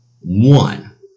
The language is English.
one